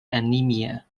anemia